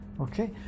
okay